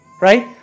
right